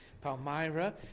Palmyra